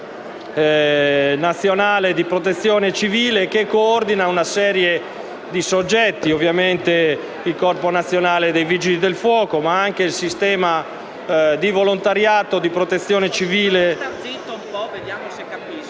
nazionale di protezione civile che coordina una serie di soggetti, ovviamente il Corpo nazionale dei vigili del fuoco, ma anche il sistema di volontariato e di protezione civile.